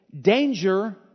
danger